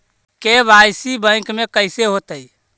KYC bank में कैसे होतै?